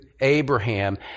Abraham